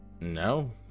No